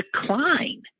decline